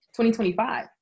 2025